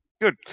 Good